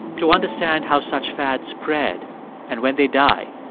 to understand how such fads spread and when they die.